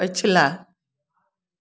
पछिला